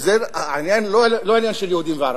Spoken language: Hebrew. וזה לא עניין של יהודים וערבים,